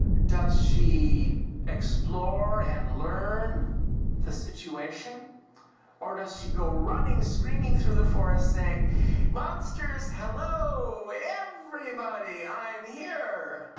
does she explore and learn the situation or does she go running screaming through the forest saying monsters hello everybody i'm here